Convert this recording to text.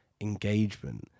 engagement